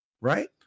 right